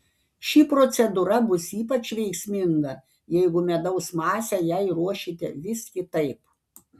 ši procedūra bus ypač veiksminga jeigu medaus masę jai ruošite vis kitaip